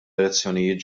elezzjonijiet